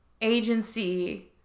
agency